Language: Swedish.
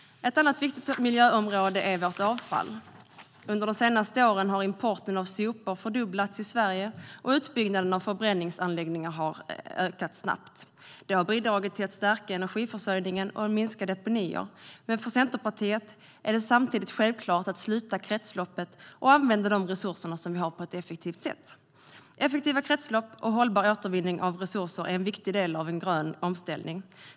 Ett annat viktigt miljöområde är vårt avfall. Under de senaste åren har importen av sopor fördubblats i Sverige, och utbyggnaden av förbränningsanläggningar har ökat snabbt. Det har bidragit till att stärka energiförsörjningen och minska deponierna, men för Centerpartiet är det samtidigt självklart att sluta kretsloppet och använda de resurser vi har på ett effektivt sätt. Effektiva kretslopp och hållbar återvinning av resurser är en viktig del av en grön omställning.